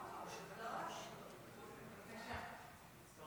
אני אמשיך מכאן לגבי נושא הפשיעה שהזכרתי